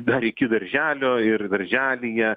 dar iki darželio ir darželyje